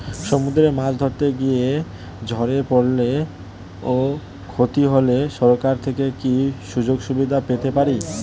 সমুদ্রে মাছ ধরতে গিয়ে ঝড়ে পরলে ও ক্ষতি হলে সরকার থেকে কি সুযোগ সুবিধা পেতে পারি?